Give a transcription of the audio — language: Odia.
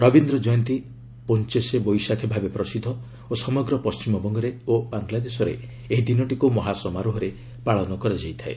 ରବୀନ୍ଦ୍ର ଜୟନ୍ତୀ ପୋଞ୍ଚଶେ ବୋଇଶାଖ ଭାବେ ପ୍ରସିଦ୍ଧ ଓ ସମଗ୍ର ପଣ୍ଟିମବଙ୍ଗରେ ଓ ବାଂଲାଦେଶରେ ଏହି ଦିନଟିକୁ ମହା ସମାରୋହରେ ପାଳନ କରାଯାଇଥାଏ